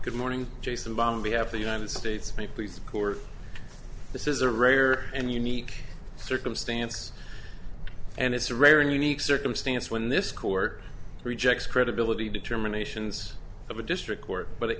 good morning jason bombay half the united states me please of course this is a rare and unique circumstance and it's a rare and unique circumstance when this court rejects credibility determinations of a district court but it